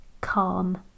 calm